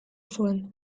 zuen